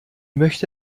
möchte